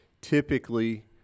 Typically